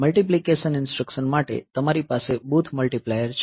multiplication instruction માટે તમારી પાસે બૂથ મલ્ટીપ્લાયર છે